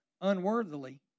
unworthily